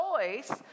choice